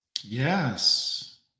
Yes